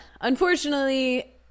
Unfortunately